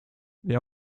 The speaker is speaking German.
wer